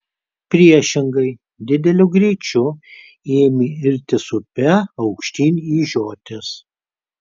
priešingai dideliu greičiu ėmė irtis upe aukštyn į žiotis